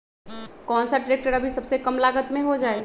कौन सा ट्रैक्टर अभी सबसे कम लागत में हो जाइ?